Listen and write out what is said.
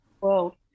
world